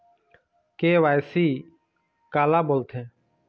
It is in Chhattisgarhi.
के.वाई.सी काला बोलथें?